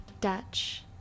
Dutch